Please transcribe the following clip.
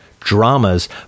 dramas